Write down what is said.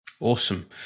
Awesome